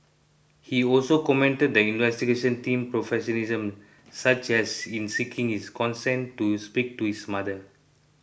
he also commended the investigation team's professionalism such as in seeking his consent to speak to his mother